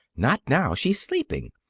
not now. she's sleeping.